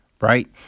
right